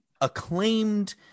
acclaimed